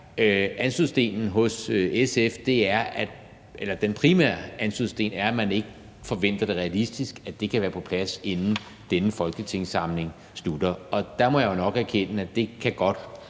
anstødssten hos SF, er, at man ikke forventer, at det er realistisk, at det kan være på plads, inden denne folketingssamling slutter. Der må jeg nok erkende, at det godt